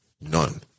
none